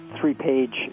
three-page